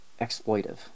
exploitive